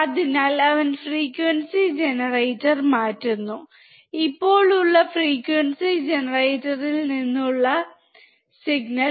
അതിനാൽ അവൻ frequency generator മാറ്റുന്നു ഇപ്പോൾ ഉള്ള ഫ്രീക്വൻസി ജനറേറ്ററിൽ നിന്നുള്ള സിഗ്നൽ 1